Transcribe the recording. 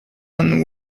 and